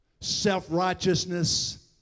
self-righteousness